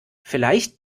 vielleicht